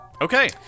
Okay